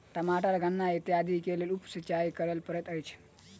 टमाटर गन्ना इत्यादिक लेल उप सिचाई करअ पड़ैत अछि